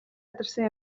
ядарсан